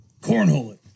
Cornhole